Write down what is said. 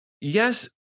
Yes